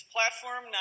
Platform